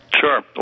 Sure